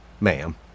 Ma'am